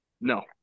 No